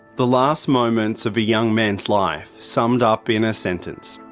the last moments of a young man's life summed up in a sentence.